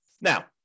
Now